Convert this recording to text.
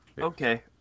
Okay